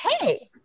hey